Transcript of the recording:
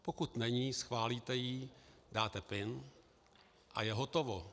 Pokud není, schválíte ji, dáte pin a je hotovo.